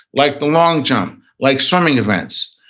like the long jump, like swimming events.